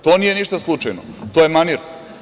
To nije ništa slučajno, to je manir.